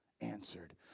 answered